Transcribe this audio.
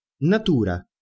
Natura